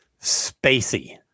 spacey